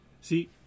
See